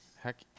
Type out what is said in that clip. Heck